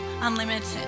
unlimited